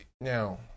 Now